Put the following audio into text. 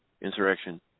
insurrection